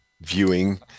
viewing